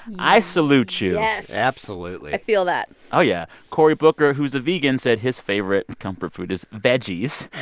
i salute you yes absolutely i feel that oh, yeah. cory booker, who's a vegan, said his favorite comfort food is veggies